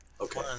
Okay